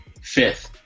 Fifth